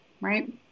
Right